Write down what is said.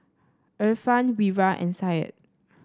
Irfan Wira and Syed